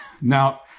Now